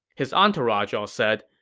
his entourage all said,